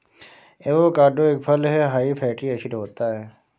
avocado एक फल हैं हाई फैटी एसिड होता है